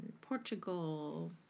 Portugal